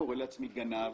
קורא לעצמי גנב,